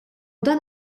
dan